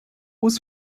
was